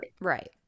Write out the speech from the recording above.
Right